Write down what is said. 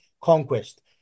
conquest